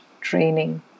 training